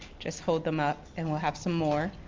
just hold them up and we'll have some more.